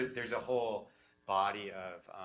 there's a whole body of